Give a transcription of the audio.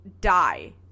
die